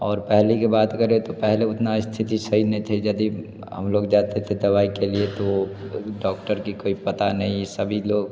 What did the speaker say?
और पहले कि बात करे तो पहले उतना स्थिति सही नहीं थी यदि हम लोग जाते थे दवाई के लिए तो डॉक्टर के कोई पता नहीं सभी लोग